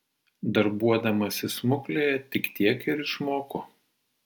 darbuodamasi smuklėje tik tiek ir išmoko